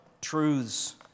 truths